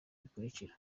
bikurikira